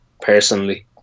personally